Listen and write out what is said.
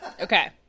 Okay